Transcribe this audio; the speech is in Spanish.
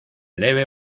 leve